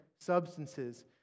substances